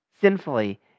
sinfully